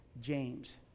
James